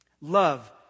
Love